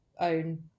own